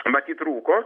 matyt trūko